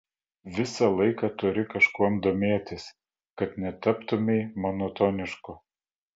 visą laiką turi kažkuom domėtis kad netaptumei monotonišku